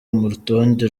urutonde